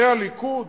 זה הליכוד?